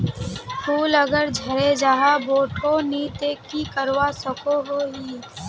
फूल अगर झरे जहा बोठो नी ते की करवा सकोहो ही?